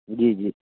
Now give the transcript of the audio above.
जी जी